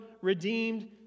redeemed